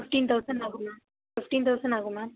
fifteen thousand ஆகும் ma'am fifteen thousand ஆகும் ma'am